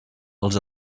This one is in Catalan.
els